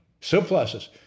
surpluses